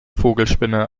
vogelspinne